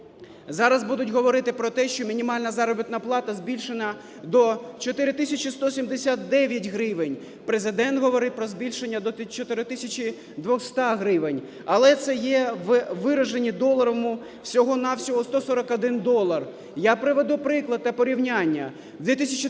Зараз будуть говорити про те, що мінімальна заробітна плата збільшена до 4 тисячі 179 гривень, Президент говорив про збільшення до 4 тисяч 200 гривень. Але це є у вираженні доларовому всього-на-всього 141 долар. Я приведу приклад та порівняння.